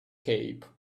cape